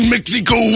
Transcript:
Mexico